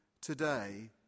today